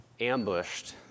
ambushed